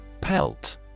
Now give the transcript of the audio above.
Pelt